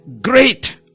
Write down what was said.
great